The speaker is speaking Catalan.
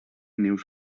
nius